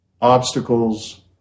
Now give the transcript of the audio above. obstacles